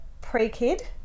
pre-kid